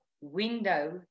window